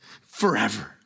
forever